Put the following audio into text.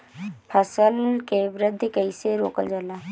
फसल के वृद्धि कइसे रोकल जाला?